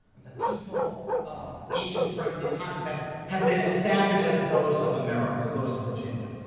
the people of ancient britain in times past have been as savage as those of america, or those of virginia.